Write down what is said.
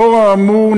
לאור האמור,